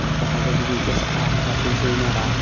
بہٕ ہَسا چھُس وٕنکٮ۪ن اَکھ اَصٕل سِومَر اَکھ